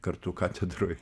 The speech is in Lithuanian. kartu katedroj